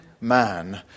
man